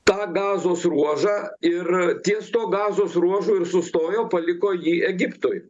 tą gazos ruožą ir ties tuo gazos ruožu ir sustojo paliko jį egiptui